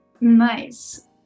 nice